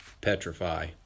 petrify